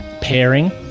pairing